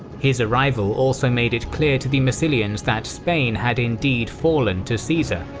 his arrival also made it clear to the massilians that spain had indeed fallen to caesar,